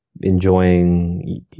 enjoying